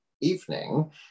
Evening